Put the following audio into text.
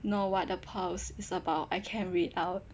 know what the post is about I can read out